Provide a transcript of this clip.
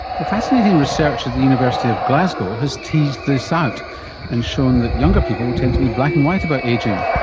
well, fascinating research at the university of glasgow has teased this out and shown that younger people tend to be black and white about ageing.